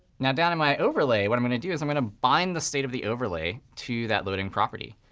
now, down in my overlay, what i'm going to do is i'm going to bind the state of the overlay to that loading property.